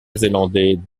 zélandais